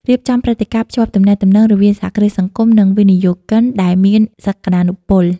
រៀបចំព្រឹត្តិការណ៍ភ្ជាប់ទំនាក់ទំនង រវាងសហគ្រាសសង្គម និងវិនិយោគិនដែលមានសក្តានុពល ។